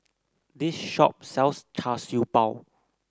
this shop sells Char Siew Bao